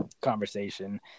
conversation